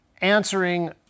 answering